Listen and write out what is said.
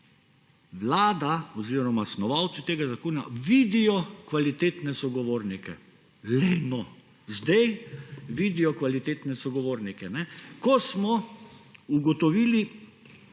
vlada oziroma snovalci tega zakona vidijo kvalitetne sogovornike. Lej no, zdaj vidijo kvalitetne sogovornike! Ko smo ugotovili,